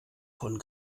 von